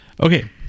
Okay